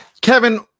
Kevin